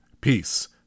peace